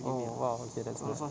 oh !wow! okay that's nice